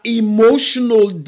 emotional